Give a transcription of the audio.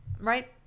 Right